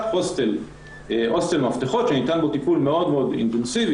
הוסטל מפתחות שניתן בו טיפול מאוד אינטנסיבי,